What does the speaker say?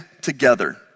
together